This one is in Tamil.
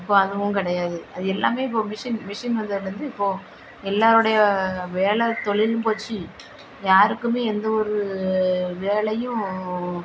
இப்போ அதுவும் கிடையாது அது எல்லாம் இப்போ மிஷின் மிஷின் வந்ததுலேர்ந்து இப்போ எல்லாருடைய வேலை தொழிலும் போய்ச்சு யாருக்கும் எந்த ஒரு வேலையும்